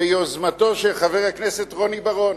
ביוזמתו של חבר הכנסת רוני בר-און.